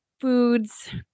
foods